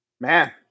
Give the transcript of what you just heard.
Man